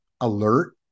alert